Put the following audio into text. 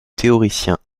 théoricien